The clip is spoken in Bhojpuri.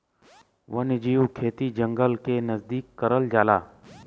वन्यजीव खेती जंगल के नजदीक करल जाला